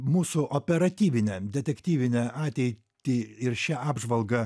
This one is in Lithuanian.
mūsų operatyvinę detektyvinę ateitį ir šią apžvalgą